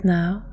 now